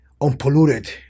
unpolluted